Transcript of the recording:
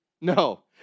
No